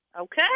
Okay